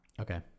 Okay